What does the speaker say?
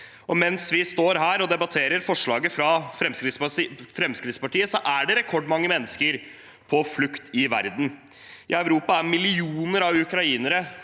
Mens vi står her og debatterer forslaget fra Fremskrittspartiet, er det rekordmange mennesker på flukt i verden. I Europa er millioner av ukrainere